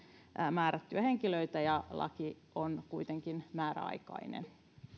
määrättyjä henkilöitä ja laki on kuitenkin määräaikainen